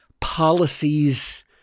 policies